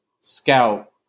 scout